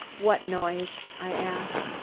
what noise? i asked.